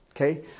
Okay